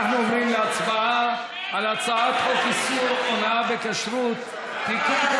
אנחנו עוברים להצבעה על הצעת חוק איסור הונאה בכשרות (תיקון,